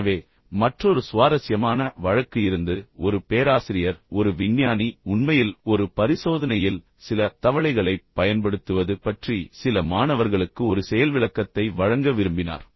எனவே மற்றொரு சுவாரஸ்யமான வழக்கு இருந்தது ஒரு பேராசிரியர் ஒரு விஞ்ஞானி உண்மையில் ஒரு பரிசோதனையில் சில தவளைகளைப் பயன்படுத்துவது பற்றி சில மாணவர்களுக்கு ஒரு செயல்விளக்கத்தை வழங்க விரும்பினார்